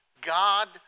God